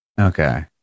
Okay